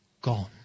gone